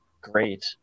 great